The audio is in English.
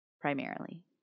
Primarily